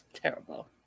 Terrible